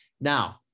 Now